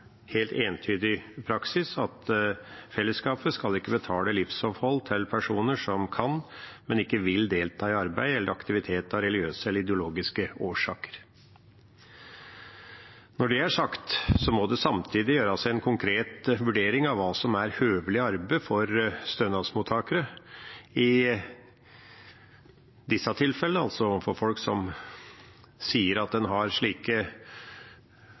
helt entydig praksis at fellesskapet ikke skal betale for livsopphold for personer som kan, men ikke vil delta i arbeid eller aktivitet av religiøse eller ideologiske årsaker. Når det er sagt, må det samtidig gjøres en konkret vurdering av hva som er høvelig arbeid for stønadsmottakerne i disse tilfellene, altså for folk som